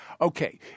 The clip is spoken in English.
Okay